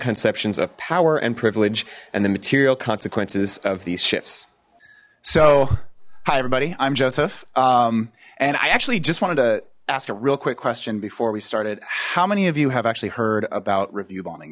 conceptions of power and privilege and the material consequences of these shifts so hi everybody i'm joseph and i actually just wanted to ask a real quick question before we started how many of you have actually heard about review bonding